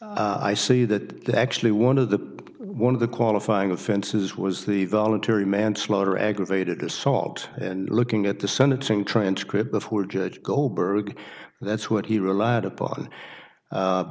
i see that actually one of the one of the qualifying offenses was the voluntary manslaughter aggravated assault and looking at the sentencing transcript before judge goldberg that's what he relied upon